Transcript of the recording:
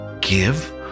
give